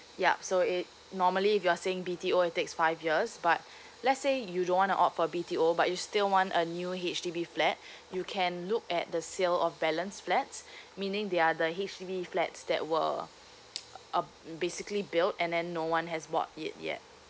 yup so it normally if you're saying B T O it takes five years but let's say you don't want to opt for B T O but you still want a new H_D_B flat you can look at the sale of balance flats meaning the other H_D_B flats that were uh basically built and then no one has bought it yet